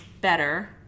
better